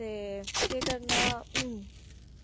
ते केह् करना